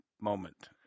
moment